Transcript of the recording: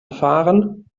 fahren